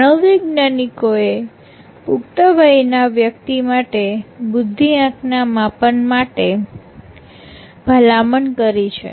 મનોવૈજ્ઞાનિકોએ પુખ્ત વયના વ્યક્તિ માટે બુદ્ધિઆંક ના માપન માટે ભલામણ કરી છે